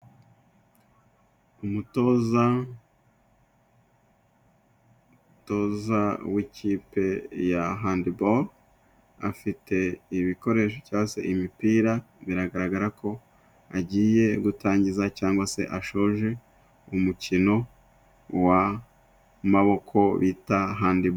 Umutoza, umutoza w'ikipe ya handiboro afite ibikoresho cangwa se imipira, biragaragara ko agiye gutangiza cyangwa se ashoje umukino w'amaboko bita handiboro.